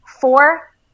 Four